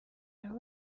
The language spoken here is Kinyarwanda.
abo